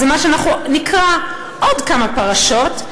זה מה שנקרא בעוד כמה פרשות,